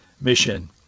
Mission